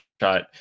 shot